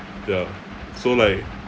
ya so like